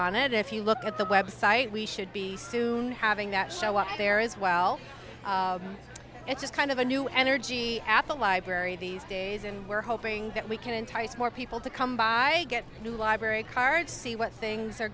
on it if you look at the website we should be soon having that show up there as well and just kind of a new energy at the library these days and we're hoping that we can entice more people to come by get new library cards see what things are